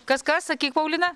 kas kas sakyk paulina